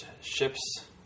ships